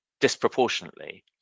disproportionately